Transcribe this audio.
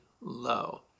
low